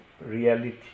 reality